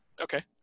Okay